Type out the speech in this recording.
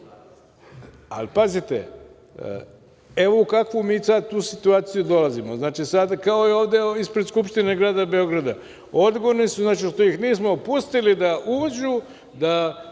Ali pazite, evo u kakvu mi sad situaciju dolazimo. Znači, kao i ovde ispred Skupštine grada Beograda. Odgovorni smo što ih nismo pustili da uđu.